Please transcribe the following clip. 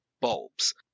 bulbs